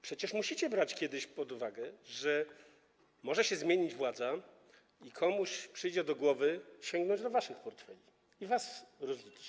Przecież musicie brać pod uwagę, że kiedyś może się zmienić władza i komuś przyjdzie do głowy, żeby sięgnąć do waszych portfeli i was rozliczyć.